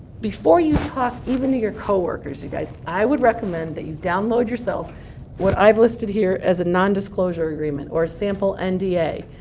before you talk even to your coworkers, you guys, i would recommend that you download yourself what i've listed here as a nondisclosure agreement or sample and nda.